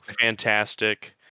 fantastic